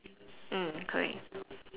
mm correct